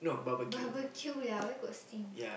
barbecue lah where got steam